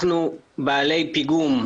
אנחנו פה ביום רביעי בשבוע,